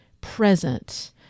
present